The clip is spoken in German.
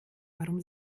warum